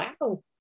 wow